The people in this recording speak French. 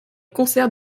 concerts